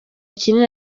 kinini